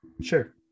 Sure